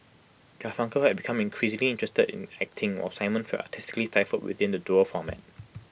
Garfunkel had become increasingly interested in acting while simon felt artistically stifled within the duo format